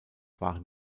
waren